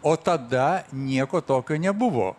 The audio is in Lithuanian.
o tada nieko tokio nebuvo